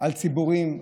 על ציבורים,